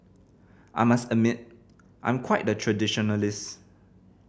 I must admit I'm quite the traditionalist